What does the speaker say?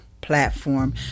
platform